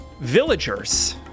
villagers